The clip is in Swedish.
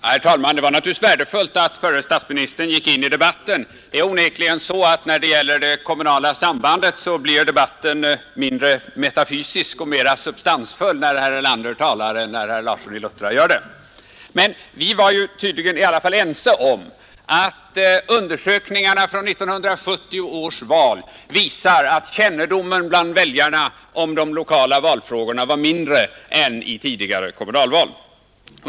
Herr talman! Det var naturligtvis värdefullt att förre statsministern gick in i debatten. När det gäller det kommunala sambandet blir debatten onekligen mindre metafysisk och mera substansfull när herr Erlander talar än när herr Larsson i Luttra gör det. Men vi var i alla fall tydligen ense om att undersökningarna från 1970 års val visar att kännedomen bland väljarna om de lokala valfrågorna då var mindre än vid tidigare kommunalval.